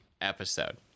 episode